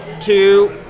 two